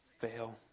fail